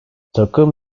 takım